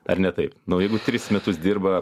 ar ne taip nu jeigu tris metus dirba